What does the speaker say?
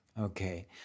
Okay